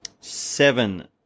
seven